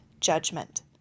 judgment